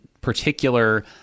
particular